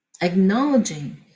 Acknowledging